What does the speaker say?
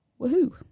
woohoo